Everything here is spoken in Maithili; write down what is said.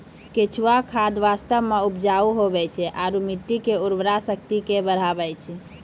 केंचुआ खाद वास्तव मे उपजाऊ हुवै छै आरू मट्टी के उर्वरा शक्ति के बढ़बै छै